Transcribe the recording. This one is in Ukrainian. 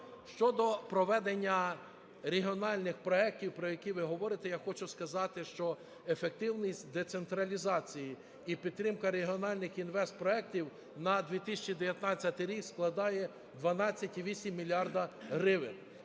Щодо проведення регіональних проектів, про які ви говорите, я хочу сказати, що ефективність децентралізації і підтримка регіональних інвестпроектів на 2019 рік складає 12,8 мільярда гривень.